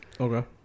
okay